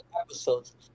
episodes